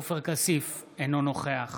עופר כסיף, אינו נוכח